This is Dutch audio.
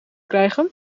krijgen